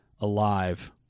Alive